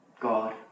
God